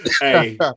Hey